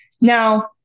Now